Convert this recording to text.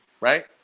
Right